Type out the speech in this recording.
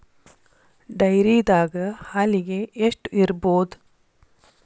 ಡೈರಿದಾಗ ಹಾಲಿಗೆ ಎಷ್ಟು ಇರ್ಬೋದ್?